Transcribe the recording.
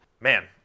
Man